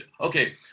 Okay